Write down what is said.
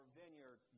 vineyard